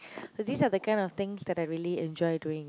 so these are the kind of things that I really enjoy doing